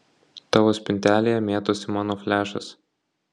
tavo spintelėje mėtosi mano flešas